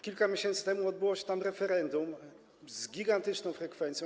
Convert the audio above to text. Kilka miesięcy temu odbyło się tam referendum z gigantyczną frekwencją.